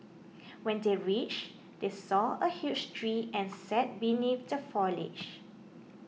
when they reached they saw a huge tree and sat beneath the foliage